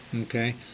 Okay